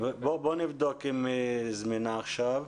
בואו נבדוק אם היא זמינה עכשיו,